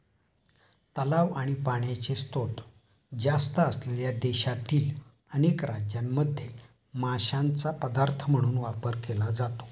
तलाव आणि पाण्याचे स्त्रोत जास्त असलेल्या देशातील अनेक राज्यांमध्ये माशांचा पदार्थ म्हणून वापर केला जातो